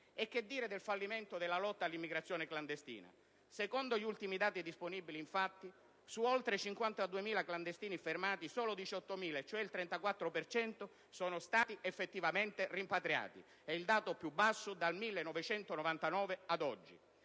E che dire del fallimento della lotta all'immigrazione clandestina? Secondo gli ultimi dati disponibili, infatti, su oltre 52.000 clandestini fermati, solo 18.000 (il 34 per cento) sono stati effettivamente rimpatriati. È il dato più basso dal 1999 ad oggi.